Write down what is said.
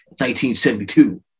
1972